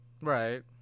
Right